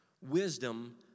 Wisdom